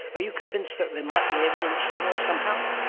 are you convinced that there might be evidence somewhere somehow?